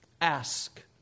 Ask